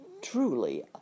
Truly